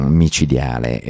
micidiale